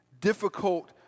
difficult